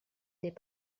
n’est